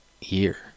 year